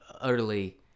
utterly